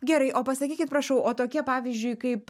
gerai o pasakykit prašau o tokie pavyzdžiui kaip